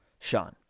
Sean